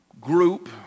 group